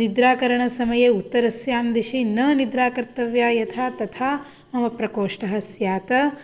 निद्राकरणसमये उत्तरस्यां दिशि न निद्रा कर्तव्या यथा तथा मम प्रकोष्ठः स्यात्